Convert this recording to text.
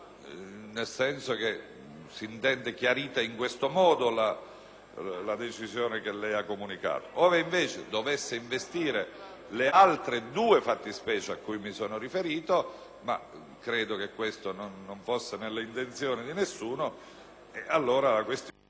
nel senso che si intende chiarita in questo modo la decisione che lei ci ha comunicato; se invece dovesse investire le altre due fattispecie a cui mi sono riferito (ma credo che ciò non fosse nelle intenzioni di alcuno), allora la questione